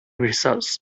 results